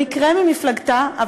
במקרה ממפלגתה,